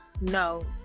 no